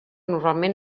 normalment